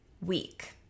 week